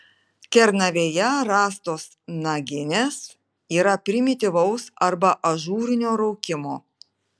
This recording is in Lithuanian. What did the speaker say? kernavėje rastos naginės yra primityvaus arba ažūrinio raukimo